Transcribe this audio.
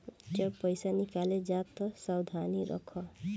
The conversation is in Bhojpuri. जब पईसा निकाले जा तअ सावधानी रखअ